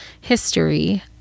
history